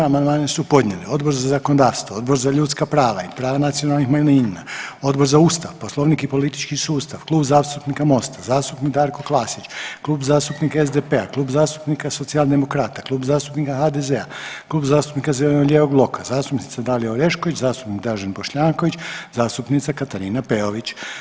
Amandmane su podnijeli Odbor za zakonodavstvo, Odbor za ljudska prava i prava nacionalnih manjina, Odbor za Ustav, Poslovnik i politički sustav, Klub zastupnika Mosta, zastupnik Darko Klasić, Klub zastupnika SDP-a, Klub zastupnika Socijaldemokrata, Klub zastupnika HDZ-a, Klub zastupnika zeleno-lijevog bloka, zastupnica Dalija Orešković, zastupnik Dražen Bošnjaković, zastupnica Katarina Peović.